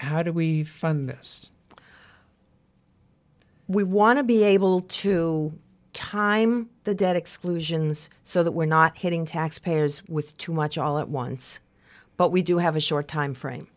this we want to be able to time the debt exclusions so that we're not hitting taxpayers with too much all at once but we do have a short time frame